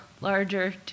larger